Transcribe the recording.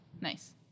Nice